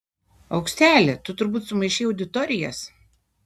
aukseli tu turbūt sumaišei auditorijas